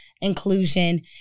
inclusion